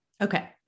Okay